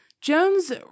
Jones-